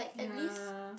ya